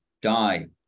die